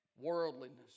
worldliness